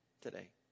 today